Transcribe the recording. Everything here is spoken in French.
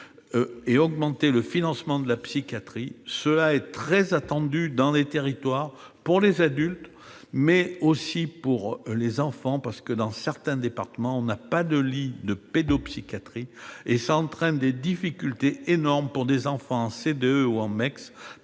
et augmenter le financement de la psychiatrie. Cela est très attendu dans les territoires, pour les adultes, mais aussi pour les enfants. En effet, dans certains départements, il n'y a pas de lits de pédopsychiatrie, ce qui entraîne des difficultés énormes pour des enfants pris en